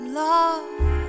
love